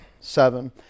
seven